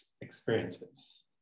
experiences